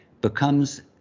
becomes